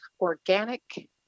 organic